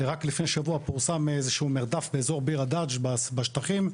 רק לפני שבוע פורסם איזשהו מרדף באזור ביר הדאג' בשטחים,